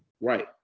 Right